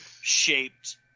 shaped